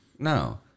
No